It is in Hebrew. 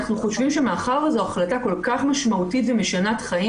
אנחנו חושבים שמאחר וזו החלטה כל כך משמעותית ומשנת-חיים